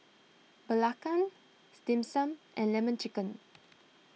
Belacan Dim Sum and Lemon Chicken